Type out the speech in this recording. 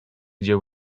dzieł